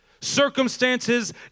Circumstances